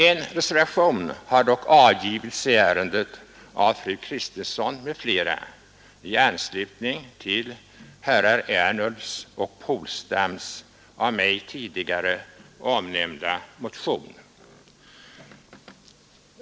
En reservation har dock avgivits i ärendet av av fru Kristensson m.fl. i anslutning till herrar Ernulfs och Polstams av mig tidigare omnämnda motion.